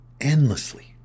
endlessly